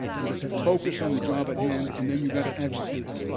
you got to focus on the job at hand, and then you got to execute it.